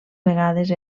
vegades